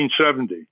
1970